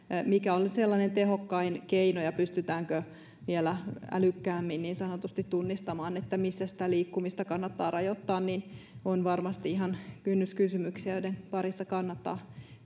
mikä olisi sellainen tehokkain keino ja pystytäänkö vielä niin sanotusti älykkäämmin tunnistamaan missä liikkumista kannattaa rajoittaa ovat varmasti ihan kynnyskysymyksiä joiden parissa kannattaa